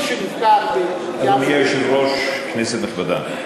אדוני היושב-ראש, כנסת נכבדה,